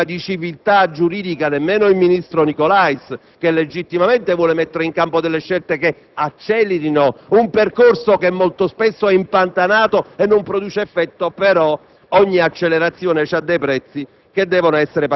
non potrebbe convenire nemmeno il ministro Nicolais, che legittimamente vuole mettere in campo delle scelte che accelerino un percorso che molto spesso è impantanato e non produce effetto: d'altra parte, ogni accelerazione ha dei prezzi